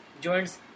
joints